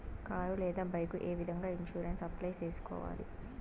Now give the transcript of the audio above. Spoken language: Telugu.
కారు లేదా బైకు ఏ విధంగా ఇన్సూరెన్సు అప్లై సేసుకోవాలి